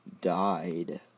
died